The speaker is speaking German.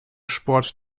sport